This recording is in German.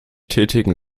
tätigen